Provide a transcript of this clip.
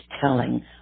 telling